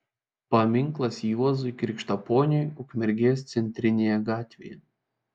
paminklas juozui krikštaponiui ukmergės centrinėje gatvėje